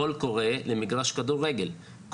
"קול קורא" למגרש כדורגל,